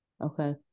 Okay